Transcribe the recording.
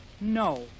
No